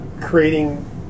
creating